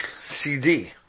CD